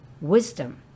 wisdom